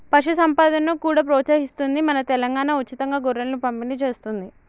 పశు సంపదను కూడా ప్రోత్సహిస్తుంది మన తెలంగాణా, ఉచితంగా గొర్రెలను పంపిణి చేస్తుంది